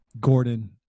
gordon